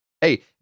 Hey